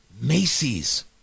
Macy's